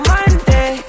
Monday